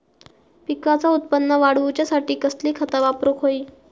पिकाचा उत्पन वाढवूच्यासाठी कसली खता वापरूक होई?